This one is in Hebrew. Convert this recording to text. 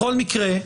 בכל מקרה,